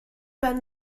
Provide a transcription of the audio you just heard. ben